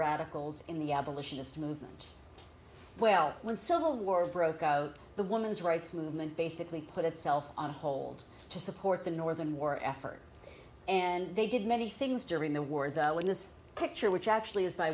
radicals in the abolitionist movement well when civil war broke out the women's rights movement basically put itself on hold to support the northern war effort and they did many things during the war when this picture which actually i